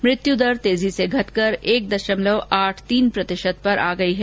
मृत्यु दर तेजी से घटकर एक दशमलव आठ तीन प्रतिशत पर आ गई है